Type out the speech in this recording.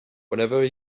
whenever